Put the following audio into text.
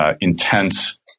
intense